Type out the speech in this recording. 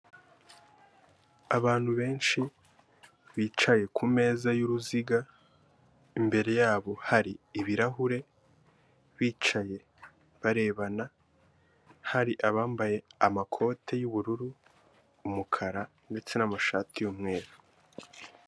Abantu benshi bicaye ku meza y'uruziga, imbere yabo hari ibirahure bicaye barebana, hari abambaye amakote y'ubururu, umukara ndetse n'amashati y'umweru.